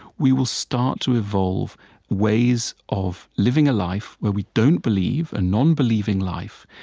we will start to evolve ways of living a life where we don't believe, a non-believing life,